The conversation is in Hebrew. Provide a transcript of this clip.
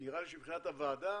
נראה לי שמבחינת הוועדה